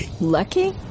Lucky